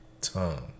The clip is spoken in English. tongue